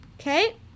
Okay